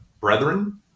Brethren